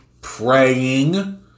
Praying